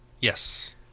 Yes